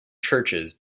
churches